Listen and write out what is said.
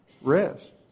rest